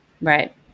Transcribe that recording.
Right